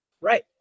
Right